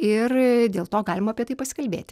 ir dėl to galima apie tai pasikalbėti